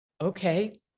Okay